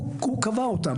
קבע,